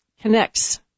connects